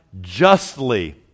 justly